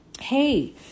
Hey